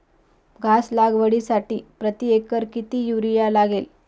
घास लागवडीसाठी प्रति एकर किती युरिया लागेल?